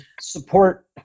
Support